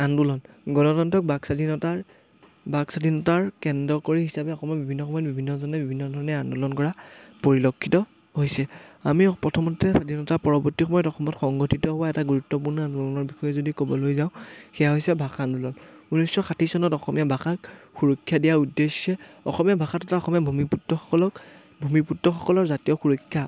আন্দোলন গণতন্ত্ৰক বাক স্বাধীনতাৰ বাক স্বাধীনতাৰ কেন্দ্ৰ কৰি হিচাপে অসমত বিভিন্ন সময়ত বিভিন্নজনে বিভিন্ন ধৰণে আন্দোলন কৰা পৰিলক্ষিত হৈছে আমি প্ৰথমতে স্বাধীনতাৰ পৰৱৰ্তী সময়ত অসমত সংঘটিত হোৱা এটা গুৰুত্বপূৰ্ণ আন্দোলনৰ বিষয়ে যদি ক'বলৈ যাওঁ সেয়া হৈছে ভাষা আন্দোলন ঊনৈছশ ষাঠি চনত অসমীয়া ভাষাক সুৰক্ষা দিয়া উদ্দেশ্যে অসমীয়া ভাষাটো তথা অসমীয়া ভূমিপুত্ৰসকলক ভূমিপুত্ৰসকলৰ জাতীয় সুৰক্ষা